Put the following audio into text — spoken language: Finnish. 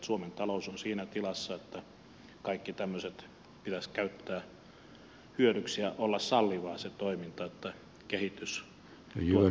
suomen talous on siinä tilassa että kaikki tämmöiset pitäisi käyttää hyödyksi ja sen toiminnan olla sallivaa että kehitys tuottaisi uusia sovellutuksia